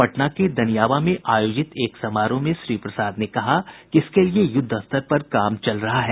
पटना के दनियावां में आयोजित एक समारोह में श्री प्रसाद ने कहा कि इसके लिए युद्वस्तर पर काम चल रहा है